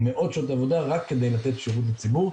מאות שעות עבודה רק כדי לתת שרות לציבור.